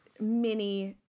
mini